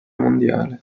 mondiale